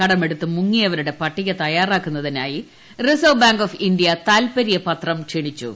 കടമെടുത്ത് മുങ്ങിയവരുടെ പട്ടിക തയ്യാറാക്കുന്നതിനായ്ട്രി റിസർവ് ബാങ്ക് ഓഫ് ഇന്ത്യ താല്പര്യപത്രം ക്ഷണിച്ചു